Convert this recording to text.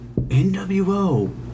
NWO